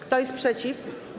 Kto jest przeciw?